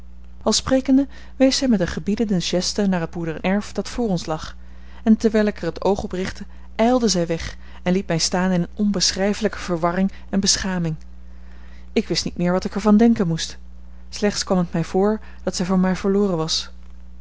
al sprekende wees zij met een gebiedende geste naar het boerenerf dat voor ons lag en terwijl ik er het oog op richtte ijlde zij weg en liet mij staan in eene onbeschrijfelijke verwarring en beschaming ik wist niet meer wat ik er van denken moest slechts kwam het mij voor dat zij voor mij verloren was